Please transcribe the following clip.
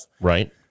Right